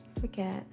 forget